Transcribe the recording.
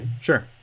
Sure